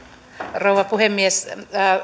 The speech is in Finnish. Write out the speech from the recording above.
rouva puhemies